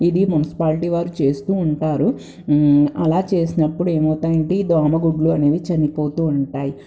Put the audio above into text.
ఇది మున్సిపాలిటీ వారు చేస్తూ ఉంటారు అలా చేసినప్పుడు ఏమవుతాయంటే ఈ దోమ గుడ్లు అనేవి చనిపోతూ ఉంటాయి